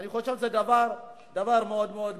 אני חושב שזה דבר מאוד מאוד מסוכן.